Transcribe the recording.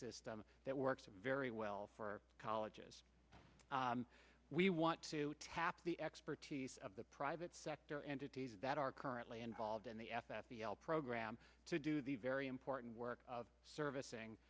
system that works very well for colleges we want to tap the expertise of the private sector entities that are currently involved in the f s b l program to do the very important work of servicing